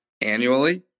annually